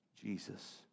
Jesus